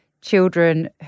children